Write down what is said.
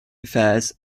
affairs